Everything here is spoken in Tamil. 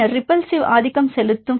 பின்னர் ரிபல்ஸிவ் ஆதிக்கம் செலுத்தும்